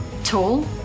tall